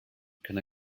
can